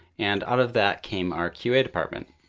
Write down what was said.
and out of that came our qa department.